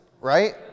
right